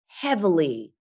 heavily